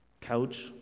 couch